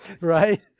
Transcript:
right